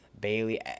Bailey